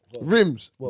Rims